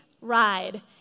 ride